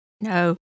No